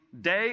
day